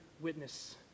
witness